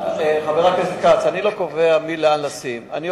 חבר הכנסת כץ, אני לא קובע את מה לשים איפה.